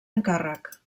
encàrrec